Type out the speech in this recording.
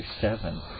seven